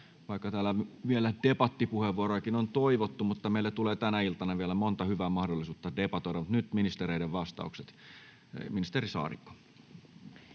täällä vielä debattipuheenvuorojakin on toivottu, sillä meillä tulee tänä iltana vielä monta hyvää mahdollisuutta debatoida. Nyt ministereiden